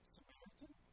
Samaritan